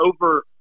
over